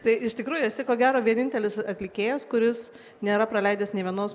tai iš tikrųjų esi ko gero vienintelis atlikėjas kuris nėra praleidęs nė vienos